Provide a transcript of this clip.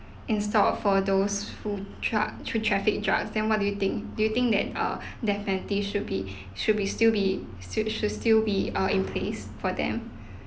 instead of for those who truck to traffic drugs then what do you think do you think that uh death penalty should be should be still be still should still be uh in place for them